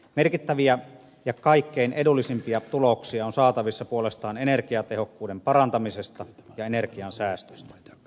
merkittäviä ja kaikkein edullisimpia tuloksia on saatavissa puolestaan energiatehokkuuden parantamisesta ja energiansäästöstä